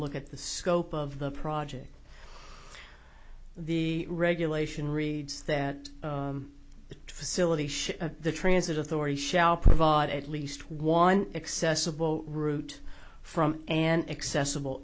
look at the scope of the project the regulation reads that the facilities the transit authority shall provide at least one accessible route from an accessible